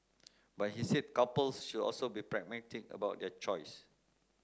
but he said couples should also be pragmatic about their choice